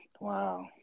Wow